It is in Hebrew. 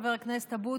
חבר הכנסת אבוטבול,